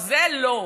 זה לא,